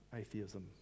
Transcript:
atheism